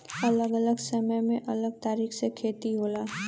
अलग अलग समय में अलग तरीके से खेती होला